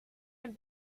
ein